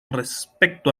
respecto